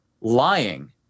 lying